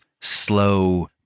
slow